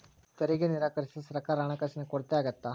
ತೆರಿಗೆ ನಿರಾಕರಿಸಿದ್ರ ಸರ್ಕಾರಕ್ಕ ಹಣಕಾಸಿನ ಕೊರತೆ ಆಗತ್ತಾ